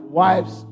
wives